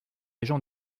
agent